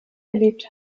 erlebt